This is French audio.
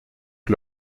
que